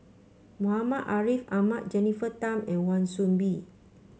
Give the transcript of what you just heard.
Muhammad Ariff Ahmad Jennifer Tham and Wan Soon Bee